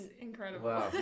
incredible